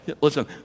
Listen